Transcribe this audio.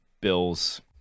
Bills